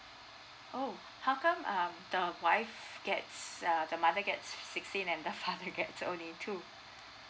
oh how come um the wife gets err the mother gets sixteen and the father gets only two